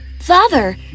Father